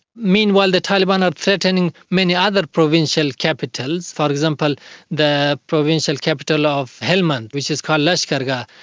meanwhile, the taliban are threatening many other provincial capitals, for example the provincial capital of helmand, which is called lashkar gah,